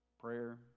prayer